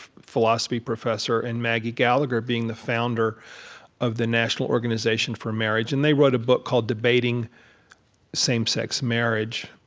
philosophy professor, and maggie gallagher being the founder of the national organization for marriage. and they wrote a book called debating same-sex marriage.